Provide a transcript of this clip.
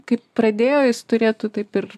kaip pradėjo jis turėtų taip ir